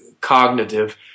cognitive